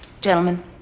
Gentlemen